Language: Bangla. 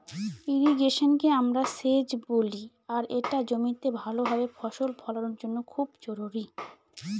ইর্রিগেশনকে আমরা সেচ বলি আর এটা জমিতে ভাল ভাবে ফসল ফলানোর জন্য খুব জরুরি